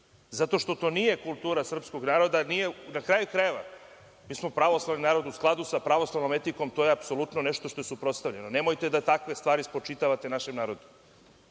zato što to nije kultura srpskog naroda, na kraju krajeva, mi smo pravoslavni narod, u skladu sa pravoslavnom etikom, to je apsolutno nešto što je suprotstavljeno. Nemojte da takve stvari spočitavate našem narodu. To